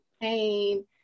pain